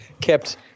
kept